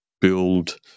build